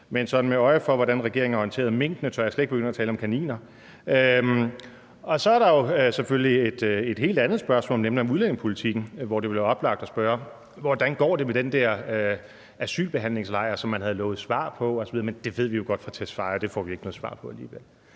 men sådan med øje for, hvordan regeringen har håndteret minkene, tør jeg slet ikke begynde at tale om kaniner. Og så er der jo selvfølgelig et helt andet spørgsmål, nemlig om udlændingepolitikken, hvor det vil være oplagt at spørge: Hvordan går det med den der asylbehandlingslejr, som man havde lovet svar på osv.? Men vi ved jo godt fra udlændinge- og integrationsministeren, at det får vi alligevel